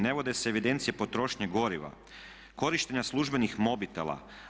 Ne vode se evidencije potrošnje goriva, korištenja službenih mobitela.